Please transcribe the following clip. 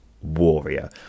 warrior